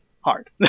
hard